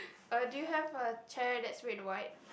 uh do you have a chair that's red and white